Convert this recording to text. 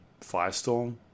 Firestorm